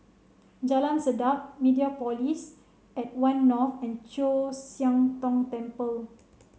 Jalan Sedap Mediapolis at One North and Chu Siang Tong Temple